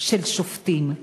של שופטים.